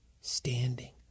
Standing